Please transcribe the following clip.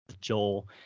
Joel